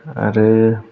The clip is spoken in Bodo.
आरो